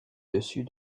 dessus